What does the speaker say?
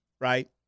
right